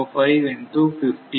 05 into 50